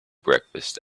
breakfast